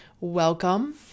welcome